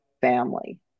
family